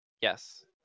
yes